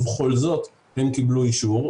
ובכל זאת הם קיבלו אישור,